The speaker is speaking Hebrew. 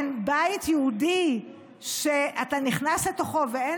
אין בית יהודי שאתה נכנס לתוכו ואין